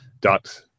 dot